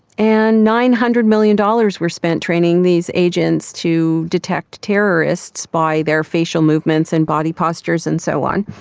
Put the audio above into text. and nine hundred million dollars were spent training these agents to detect terrorists by their facial movements and body postures and so on,